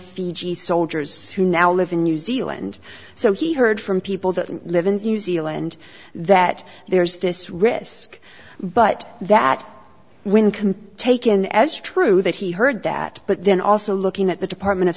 fiji soldiers who now live in new zealand so he heard from people that live in new zealand that there's this risk but that when compared to taken as true that he heard that but then also looking at the department of